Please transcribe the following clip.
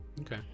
Okay